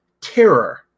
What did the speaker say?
terror